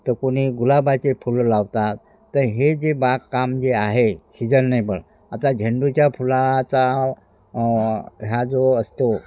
तर कोणी गुलाबाचे फुलं लावतात तर हे जे बागकाम जे आहे सिजनेबल आता झेंडूच्या फुलाचा हा जो असतो